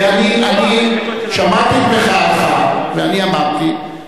אין לו זכות, שמעתי את מחאתך, ואני אמרתי.